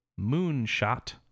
Moonshot